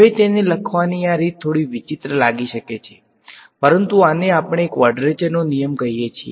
હવે તેને લખવાની આ રીત થોડી વિચિત્ર લાગી શકે છે પરંતુ આને આપણે કવાડ્રેચરનો નિયમ કહીએ છીએ